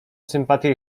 sympatię